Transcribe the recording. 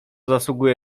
zasługuje